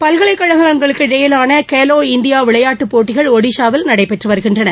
பல்கலைக்கழகங்களுக்கிடையேயான Khelo India விளையாட்டுப் போட்டிகள் ஒடிசாவில் நடைபெற்று வருகின்றன